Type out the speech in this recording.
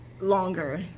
Longer